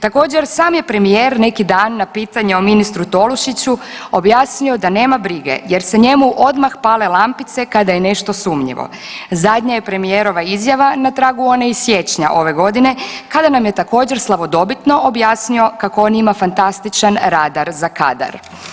Također, sam je premijer neki dan na pitanja o ministru Tolušiću objasnio da nema brige jer se njemu odmah pale lampice kada je nešto sumnjivo, zadnja je premijerova izjava na tragu one iz siječnja ove godine, kada nam je također slavodobitno objasnio kako on ima fantastičan radar za kadar.